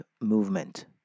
movement